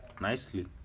nicely